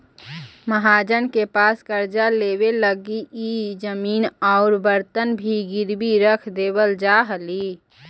महाजन के पास कर्जा लेवे लगी इ जमीन औउर बर्तन भी गिरवी रख देवल जा हलई